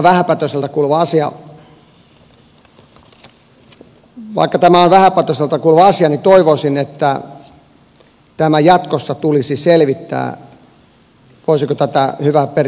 siinä mielessä vaikka tämä on vähäpätöiseltä kuulostava asia toivoisin että tämä jatkossa selvitettäisiin voisiko tätä hyvää perinnettä jatkaa